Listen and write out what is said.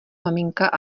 maminka